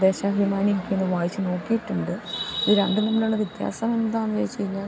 ദേശാഭിമാനി ഒന്നു വായിച്ചുനോക്കിയിട്ടുണ്ട് ഇതു രണ്ടും തമ്മിലുള്ള വ്യത്യാസം എന്താണെന്നു ചോദിച്ചുകഴിഞ്ഞാൽ